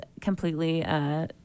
completely